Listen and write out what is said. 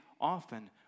often